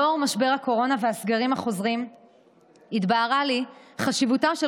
לאור משבר הקורונה והסגרים החוזרים התבהרה לי חשיבותה של